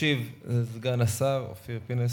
משיב לדיו המשולב סגן השר אופיר פינס.